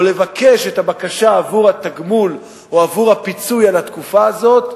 או לבקש את הבקשה עבור התגמול או עבור הפיצוי על התקופה הזאת,